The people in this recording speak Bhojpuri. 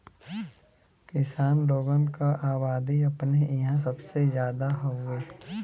किसान लोगन क अबादी अपने इंहा सबसे जादा हउवे